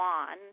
on